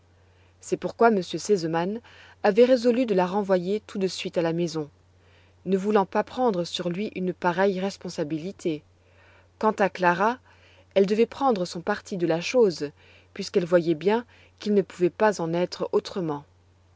c'est pourquoi m r sésemann avait résolu de la renvoyer tout de suite à la maison ne voulant pas prendre sur lui une pareille responsabilité quant à clara elle devait prendre son parti de la chose puisqu'elle voyait bien qu'il ne pouvait pas en être autrement